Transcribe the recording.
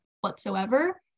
whatsoever